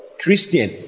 Christian